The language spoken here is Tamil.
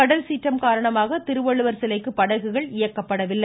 கடல்சீற்றம் காரணமாக திருவள்ளுவர் படகுகள் இயக்கப்படவில்லை